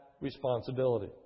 responsibility